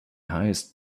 highest